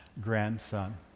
grandson